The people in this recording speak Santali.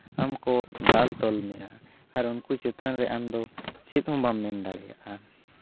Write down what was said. ᱟᱢᱠᱚ ᱫᱟᱞ ᱛᱚᱞ ᱢᱮᱭᱟ ᱟᱨ ᱩᱱᱠᱩ ᱪᱮᱛᱟᱱ ᱨᱮ ᱟᱢᱫᱚ ᱪᱮᱫ ᱦᱚᱸ ᱵᱟᱢ ᱢᱮᱱ ᱫᱟᱲᱮᱭᱟᱜᱼᱟ